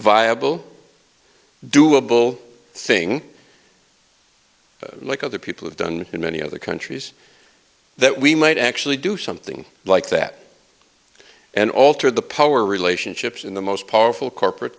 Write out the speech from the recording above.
viable doable thing like other people have done in many other countries that we might actually do something like that and alter the power relationships in the most powerful corporate